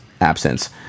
absence